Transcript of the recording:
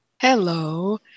Hello